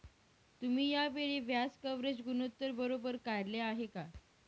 तुम्ही या वेळी व्याज कव्हरेज गुणोत्तर बरोबर काढले आहे का?